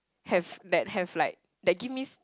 have that have like that give me